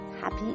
happy